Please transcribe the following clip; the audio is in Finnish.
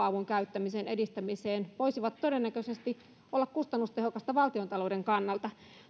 avun käyttämisen edistämiseen voisivat todennäköisesti olla kustannustehokkaita valtiontalouden kannalta